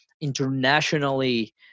internationally